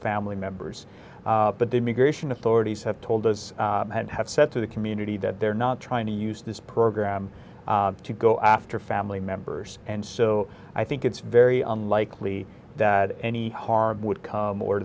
family members but the immigration authorities have told us and have said to the community that they're not trying to use this program to go after family members and so i think it's very unlikely that any harm would come or